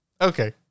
Okay